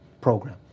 program